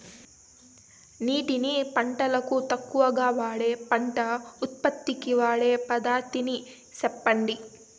నీటిని పంటలకు తక్కువగా వాడే పంట ఉత్పత్తికి వాడే పద్ధతిని సెప్పండి?